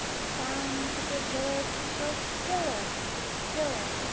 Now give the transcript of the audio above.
sounds of the village grow stiller and stiller,